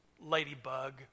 ladybug